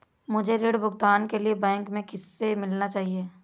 मुझे ऋण भुगतान के लिए बैंक में किससे मिलना चाहिए?